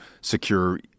secure